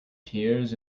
tears